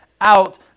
out